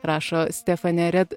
rašo stefane red